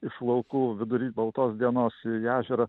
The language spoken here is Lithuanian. iš laukų vidury baltos dienos į ežerą